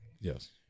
Yes